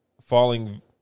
falling